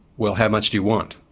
well, how much do you want?